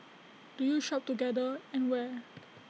do you shop together and where